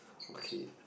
okay